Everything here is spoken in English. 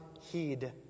heed